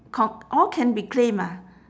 com~ all can be claimed ah